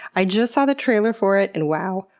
i just saw the trailer for it, and wow,